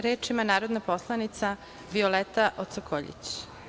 Reč ima narodna poslanica Violeta Ocokoljić.